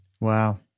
Wow